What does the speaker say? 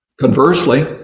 Conversely